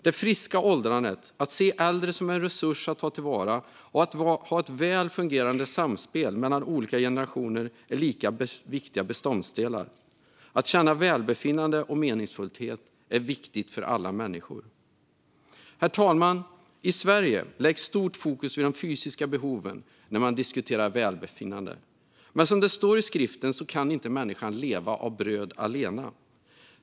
Det friska åldrandet, att se äldre som en resurs att ta till vara och ett väl fungerande samspel mellan olika generationer är lika viktiga beståndsdelar. Att känna välbefinnande och meningsfullhet är viktigt för alla människor. Herr talman! I Sverige läggs stort fokus vid de fysiska behoven när man diskuterar välbefinnande. Men som det står i skriften kan människan inte leva av bröd allena.